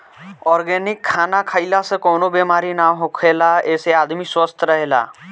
organic खाना खइला से कवनो बेमारी ना होखेला एसे आदमी स्वस्थ्य रहेला